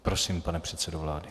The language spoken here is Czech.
Prosím, pane předsedo vlády.